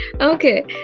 okay